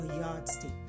yardstick